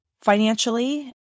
financially